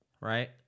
right